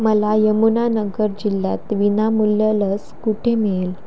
मला यमुनानगर जिल्ह्यात विनामूल्य लस कुठे मिळेल